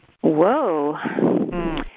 Whoa